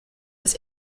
das